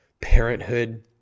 parenthood